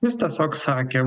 jis tiesiog sakė